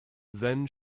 then